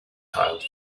tiled